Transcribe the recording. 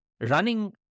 running